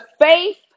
faith